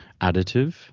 additive